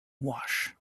wash